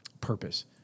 purpose